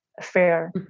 fair